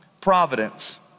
providence